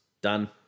Done